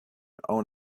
own